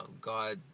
God